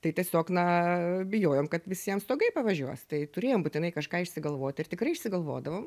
tai tiesiog na bijojom kad visiem stogai pavažiuos tai turėjom būtinai kažką išsigalvoti ir tikrai išsigalvodavom